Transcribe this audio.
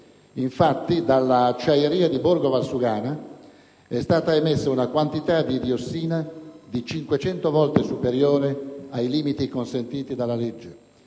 infatti, dall'acciaieria di Borgo Valsugana è stata emessa una quantità di diossina 500 volte superiore ai limiti consentiti dalla legge.